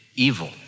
evil